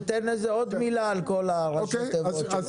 תיתן לזה עוד מילה על כל ראשי התיבות שלך.